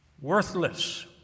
worthless